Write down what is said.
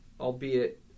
albeit